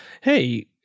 hey